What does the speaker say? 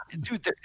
dude